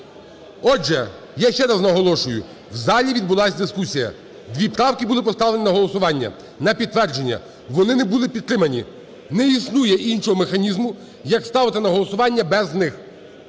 Отже, я ще раз наголошую, в залі відбулась дискусія. Дві правки були поставлені на голосування на підтвердження. Вони не були підтримані. Не існує іншого механізму, як ставити на голосування без них.